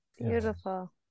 Beautiful